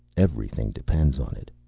everything depends on it.